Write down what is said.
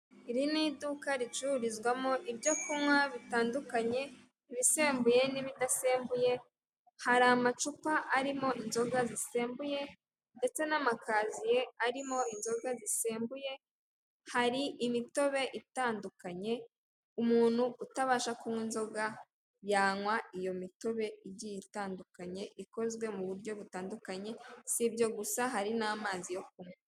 Iri ni iduka ricururizwamo ibyo kunywa bitandukanye ibisembuye n'ibidasembuye, hari amacupa arimo inzoga zisembuye ndetse n'amakaziye arimo inzoga zisembuye, hari imitobe itandukanye umuntu utabasha kunywa inzoga yanywa iyo mitobe igiye itandukanye ikozwe muburyo butandukanye, sibyo gusa hari n'amazi yo kunywa.